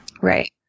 Right